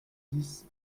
dix